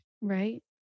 Right